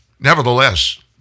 Nevertheless